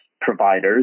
providers